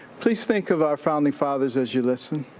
please think of our founding fathers as you listen.